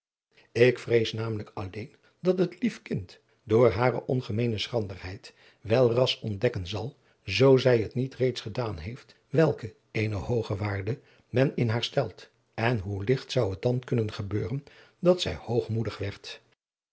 ik vrees namelijk alleen dat het lief kind door hare ongemeene schranderheid welras ontdekken zal zoo zij het niet reeds gedaan heeft welke eene hooge waarde men in haar stelt en hoe ligt zou het dan kunnen gebeuren dat zij hoogmoedig werd